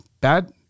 bad